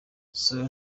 soul